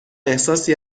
احساسی